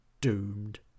doomed